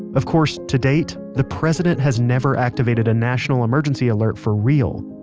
of course, to date, the president has never activated a national emergency alert for real.